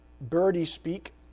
birdie-speak